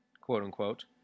quote-unquote